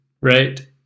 right